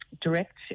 direct